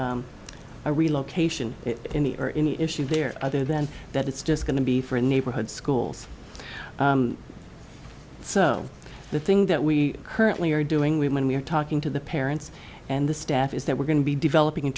a relocation in the or in the issue there other than that it's just going to be for a neighborhood schools so the thing that we currently are doing we when we are talking to the parents and the staff is that we're going to be developing